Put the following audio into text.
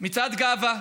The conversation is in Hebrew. מצעד גאווה.